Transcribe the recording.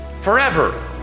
forever